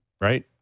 right